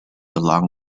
along